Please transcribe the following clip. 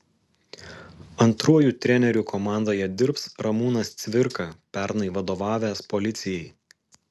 antruoju treneriu komandoje dirbs ramūnas cvirka pernai vadovavęs policijai